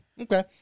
Okay